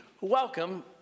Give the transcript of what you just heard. welcome